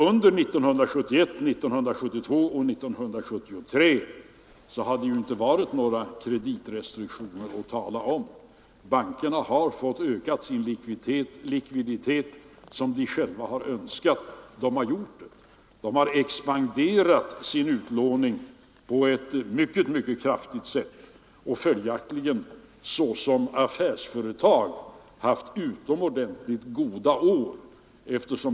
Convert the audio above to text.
Under 1971, 1972 och 1973 har det ju inte varit några kreditrestriktioner att tala om. Bankerna har fått öka sin likviditet som de själva har velat, och de har gjort det. De har expanderat sin utlåning på ett mycket kraftigt sätt och följaktligen såsom affärsföretag haft utomordentligt goda år.